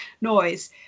noise